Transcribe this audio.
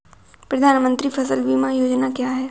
प्रधानमंत्री फसल बीमा योजना क्या है?